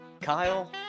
Kyle